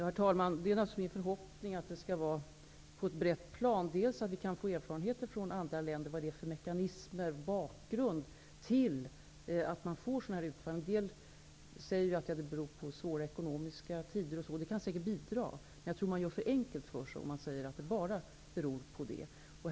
Herr talman! Det är naturligtvis min förhoppning att vi skall kunna arbeta på bred front, så att vi kan få del av erfarenheter från andra länder av t.ex. vilka mekanismer som kan ligga bakom sådana utfall. En del säger att de t.ex. beror på svåra ekonomiska tider. Det kan säkert bidra, men jag tror att man gör det för enkelt för sig om man säger att utfallen bara beror på det.